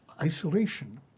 isolation